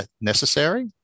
necessary